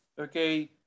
okay